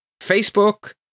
Facebook